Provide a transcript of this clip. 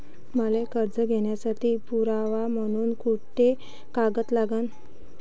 मले कर्ज घ्यासाठी पुरावा म्हनून कुंते कागद लागते?